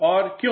और क्यों